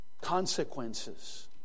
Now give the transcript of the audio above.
consequences